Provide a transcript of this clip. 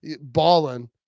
balling